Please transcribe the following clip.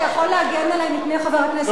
אתה יכול להגן עלי מפני חבר הכנסת בר-און?